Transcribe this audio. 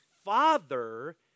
father